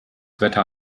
wetter